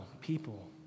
people